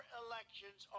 elections